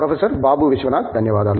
professor Babu Viswanath ధన్యవాదాలు